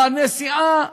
בנסיעה,